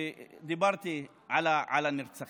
ודיברתי על הנרצחים.